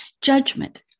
Judgment